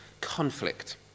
conflict